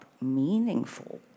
meaningful